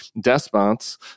despots